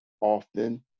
often